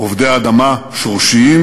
עובדי אדמה שורשיים,